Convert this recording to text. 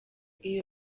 iyo